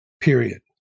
Period